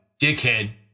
dickhead